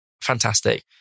fantastic